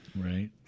Right